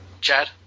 Chad